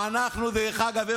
דרך אגב,